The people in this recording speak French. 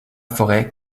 forêt